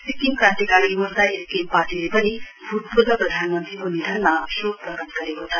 Sikkim Krantikari Morcha SKM पार्टीले पनि भूतपूर्व प्रधानमन्त्रीको निधनमा शोक प्रकट गरेको छ